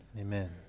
Amen